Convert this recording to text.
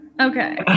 Okay